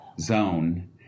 zone